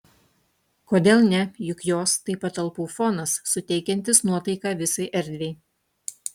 kodėl ne juk jos tai patalpų fonas suteikiantis nuotaiką visai erdvei